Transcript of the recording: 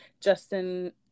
Justin